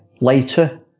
later